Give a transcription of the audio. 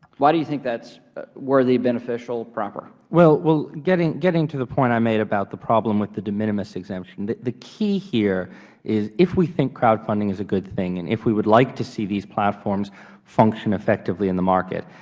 why do you think that's worthy of beneficial proffer? well, getting getting to the point i made about the problem with the de minimis exemption, the the key here is if we think crowdfunding is a good thing and if we would like to see these platforms function effectively in the market,